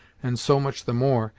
and so much the more,